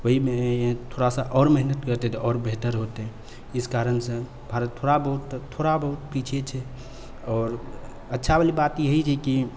वहीमे थोड़ासँ आओर मेहनत करतै तऽ आओर बेहतर हौतै इस कारणसँ भारत थोड़ा बहुत थोड़ा बहुत पीछे छै आओर अच्छावला बात यही छै कि